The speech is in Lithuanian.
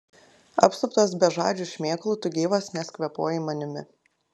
apsuptas bežadžių šmėklų tu gyvas nes kvėpuoji manimi